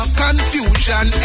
confusion